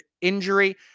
injury